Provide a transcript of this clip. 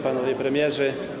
Panowie Premierzy!